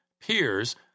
peers